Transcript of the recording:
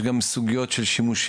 יש גם סוגיות של שימושים.